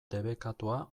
debekatua